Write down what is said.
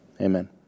amen